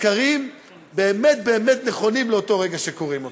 הסקרים באמת באמת נכונים לאותו רגע שקוראים אותם,